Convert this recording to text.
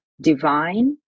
divine